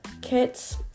kits